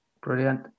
Brilliant